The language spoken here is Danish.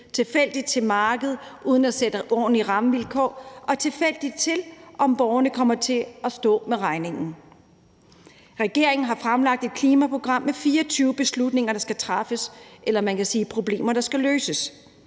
tilfældigt til markedet uden at sætte ordentlige rammevilkår og tilfældigt til, om borgerne kommer til at stå med regningen. Regeringen har fremlagt et klimaprogram med 24 beslutninger, der skal træffes, eller man kan sige problemer, der skal løses.